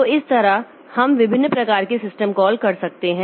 तो इस तरह हम विभिन्न प्रकार के सिस्टम कॉल कर सकते हैं